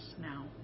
now